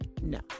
no